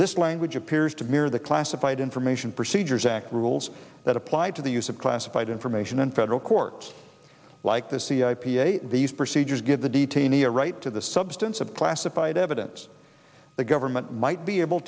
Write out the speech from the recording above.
this language appears to mirror the classified information procedures act rules that apply to the use of classified information in federal court like this these procedures give the detainee a right to the substance of classified evidence the government might be able